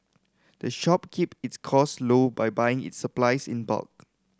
the shop keep its cost low by buying its supplies in bulk